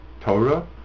Torah